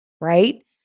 Right